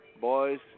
boys